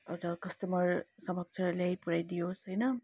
एउटा कस्टमर समक्ष ल्याइ पुर्याइदियोस् होइन